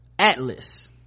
atlas